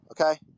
okay